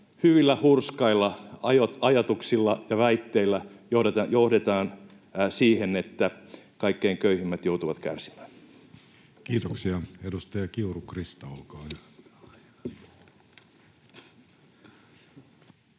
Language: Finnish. hyvillä ja hurskailla ajatuksilla ja väitteillä johdetaan siihen, että kaikkein köyhimmät joutuvat kärsimään. [Speech 154] Speaker: Jussi Halla-aho